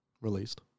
released